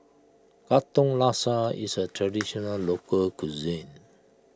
Katong Laksa is a Traditional Local Cuisine